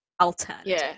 alternative